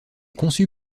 conçu